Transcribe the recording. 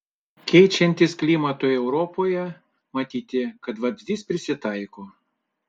keičiantis klimatui europoje matyti kad vabzdys prisitaiko